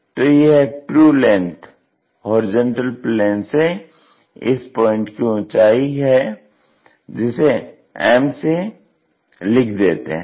तो यह true length HP से इस पॉइंन्ट की ऊंचाई है जिसे m से लिख देते हैं